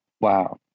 wow